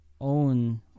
own